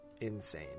Insane